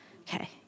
Okay